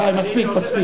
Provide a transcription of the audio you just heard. די, מספיק.